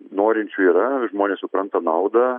norinčių yra žmonės supranta naudą